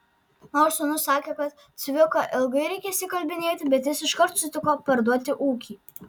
nors sūnus sakė kad cviką ilgai reikės įkalbinėti bet jis iškart sutiko parduoti ūkį